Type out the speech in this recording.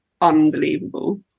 unbelievable